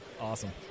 Awesome